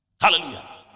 Hallelujah